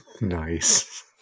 Nice